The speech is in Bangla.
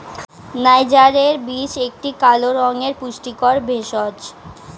নাইজারের বীজ একটি কালো রঙের পুষ্টিকর ভেষজ